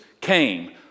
came